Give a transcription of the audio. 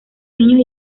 niños